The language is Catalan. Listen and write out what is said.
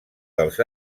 dels